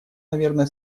наверное